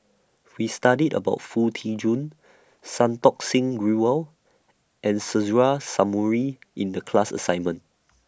We studied about Foo Tee Jun Santokh Singh Grewal and Suzairhe Sumari in The class assignment